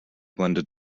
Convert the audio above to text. blended